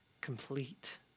complete